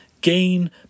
gain